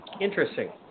Interesting